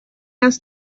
asked